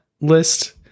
list